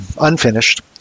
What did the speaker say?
unfinished